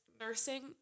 nursing